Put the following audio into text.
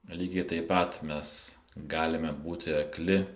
lygiai taip pat mes galime būti akli